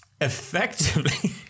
Effectively